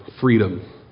freedom